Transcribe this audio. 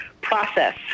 process